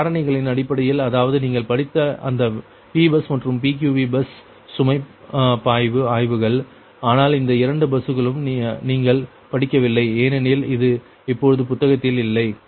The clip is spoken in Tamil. பல காரணிகளின் அடிப்படையில் அதாவது நீங்கள் படித்த அந்த P பஸ் மற்றும் PQV பஸ் சுமை பாய்வு ஆய்வுகள் ஆனால் இந்த இரண்டு பஸ்களும் நீங்கள் படிக்கவில்லை ஏனெனில் இது இப்பொழுது புத்தகத்தில் இல்லை